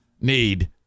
need